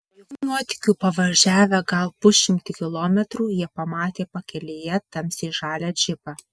be jokių nuotykių pavažiavę gal pusšimtį kilometrų jie pamatė pakelėje tamsiai žalią džipą